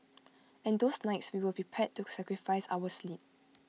and those nights we were prepared to sacrifice our sleep